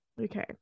Okay